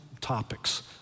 topics